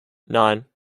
nine